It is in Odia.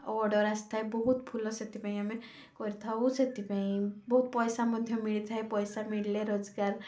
ଆଉ ଅର୍ଡ଼ର୍ ଆସିଥାଏ ବହୁତ ଫୁଲ ସେଥିପାଇଁ ଆମେ କରିଥାଉ ସେଥିପାଇଁ ବହୁତ ପଇସା ମଧ୍ୟ ମିଳିଥାଏ ପଇସା ମିଳିଲେ ରୋଜଗାର